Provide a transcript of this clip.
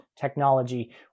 technology